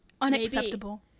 Unacceptable